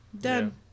Done